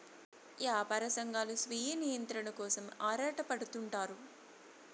యాపార సంఘాలు స్వీయ నియంత్రణ కోసం ఆరాటపడుతుంటారు